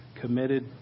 committed